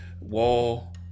Wall